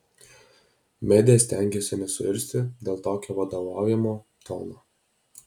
medė stengėsi nesuirzti dėl tokio vadovaujamo tono